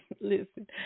Listen